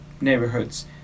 neighborhoods